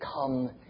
come